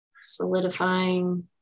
solidifying